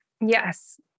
Yes